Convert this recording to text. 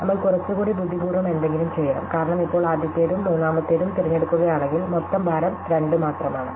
നമ്മൾ കുറച്ചുകൂടി ബുദ്ധിപൂർവ്വം എന്തെങ്കിലും ചെയ്യണം കാരണം ഇപ്പോൾ ആദ്യത്തേതും മൂന്നാമത്തേതും തിരഞ്ഞെടുക്കുകയാണെങ്കിൽ മൊത്തം ഭാരം 2 മാത്രമാണ്